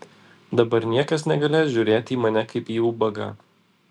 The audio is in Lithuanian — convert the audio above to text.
dabar niekas negalės žiūrėti į mane kaip į ubagą